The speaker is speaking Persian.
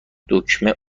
دکمه